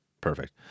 perfect